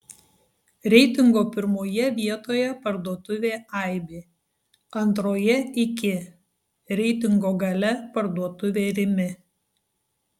reitingo pirmoje vietoje parduotuvė aibė antroje iki reitingo gale parduotuvė rimi